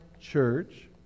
church